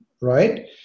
right